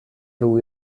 był